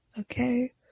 okay